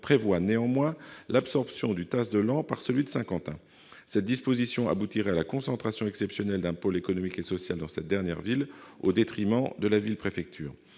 prévoit pourtant l'absorption du TASS de Laon par celui de Saint-Quentin. Cette disposition aboutirait à la concentration exceptionnelle d'un pôle économique et social dans cette ville au détriment de la ville préfecture,